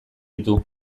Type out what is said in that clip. ditu